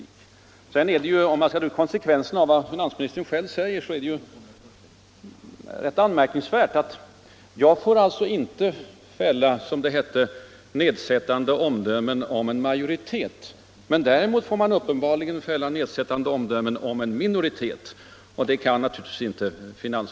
Om man sedan drar ut konsekvenserna av vad finansministern därefter sade, blir man bekymrad. Jag skulle alltså inte få fälla ”nedsättande” omdömen om en riksdagsmajoritet. Däremot skulle man tydligen få fälla sådana omdömen om en minoritet. Det kan finansministern givetvis inte ha menat.